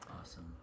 awesome